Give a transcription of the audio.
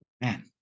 Man